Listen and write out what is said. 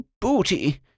Booty